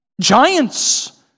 Giants